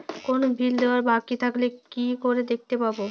কোনো বিল দেওয়া বাকী থাকলে কি করে দেখতে পাবো?